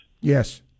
Yes